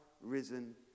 risen